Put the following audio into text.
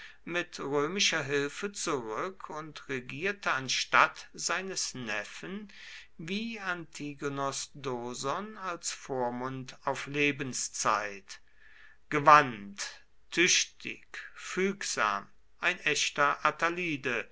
mit römischer hilfe zurück und regierte anstatt seines neffen wie antigonos doson als vormund auf lebenszeit gewandt tüchtig fügsam ein echter